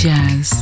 Jazz